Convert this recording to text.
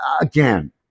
again